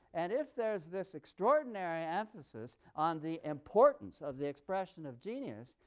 and if there is this extraordinary emphasis on the importance of the expression of genius,